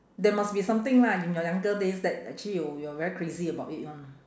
there must be something lah in your younger days that actually you~ you're very crazy about it [one] ah